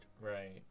Right